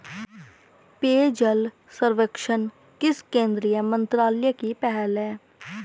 पेयजल सर्वेक्षण किस केंद्रीय मंत्रालय की पहल है?